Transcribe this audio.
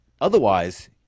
otherwise